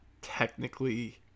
technically